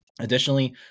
Additionally